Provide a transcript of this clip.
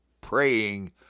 praying